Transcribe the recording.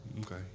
Okay